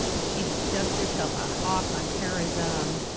she dubbed herself a hawk on terrorism.